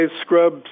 scrub